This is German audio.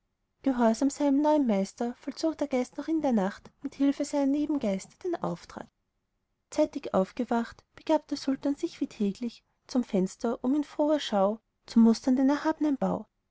gehorsam seinem neuen meister vollzog der geist noch in der nacht mit hilfe seiner nebengeister den auftrag zeitig aufgewacht begab der sultan sich wie täglich zum fenster um in froher schau zu mustern den erhabnen bau